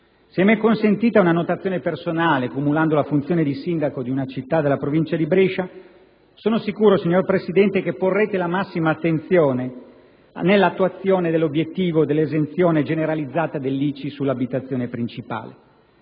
Se mi è consentita una notazione personale, cumulando alla funzione parlamentare anche la funzione di sindaco di una città della Provincia di Brescia, sono sicuro, signor Presidente, che porrete la massima attenzione nell'attuazione dell'obiettivo dell'esenzione generalizzata dell'ICI sull'abitazione principale.